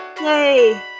Yay